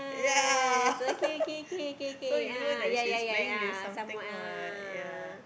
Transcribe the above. yeah so you know that she's playing with something [what] yeah